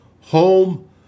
home